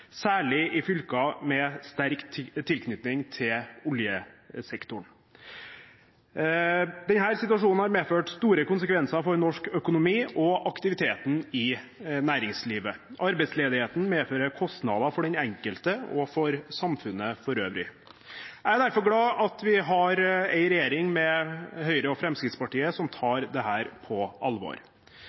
særlig i fylker med sterk tilknytning til oljesektoren. Denne situasjonen har medført store konsekvenser for norsk økonomi og aktiviteten i næringslivet. Arbeidsledigheten medfører kostnader for den enkelte og for samfunnet for øvrig. Jeg er derfor glad for at vi har en regjering med Høyre og Fremskrittspartiet, som tar dette på alvor.